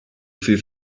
suyu